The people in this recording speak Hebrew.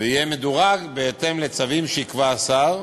ויהיה מדורג בהתאם לצווים שיקבע השר,